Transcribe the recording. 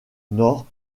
nord